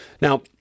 Now